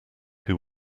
who